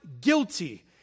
guilty